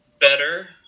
better